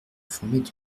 formaient